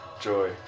joy